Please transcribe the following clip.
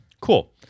Cool